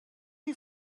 you